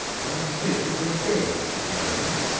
and the fish appears dead for the moment.